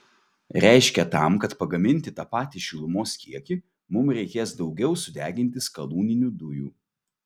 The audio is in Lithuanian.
reiškia tam kad pagaminti tą patį šilumos kiekį mums reikės daugiau sudeginti skalūninių dujų